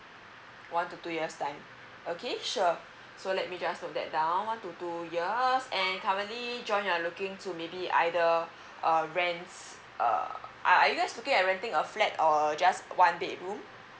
one to two years time okay sure so let me just note that down one to two years and currently john you are looking to maybe either uh rents err are you guys looking at renting a flat or just uh one bedroom